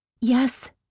Yes